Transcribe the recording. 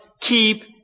keep